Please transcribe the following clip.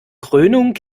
krönung